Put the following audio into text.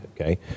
Okay